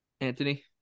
Anthony